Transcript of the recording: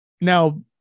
Now